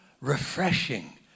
refreshing